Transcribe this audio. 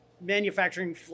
manufacturing